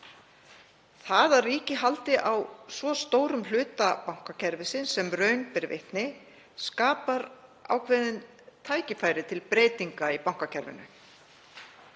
Það að ríkið haldi á svo stórum hluta bankakerfisins sem raun ber vitni skapar ákveðin tækifæri til breytinga á bankakerfinu.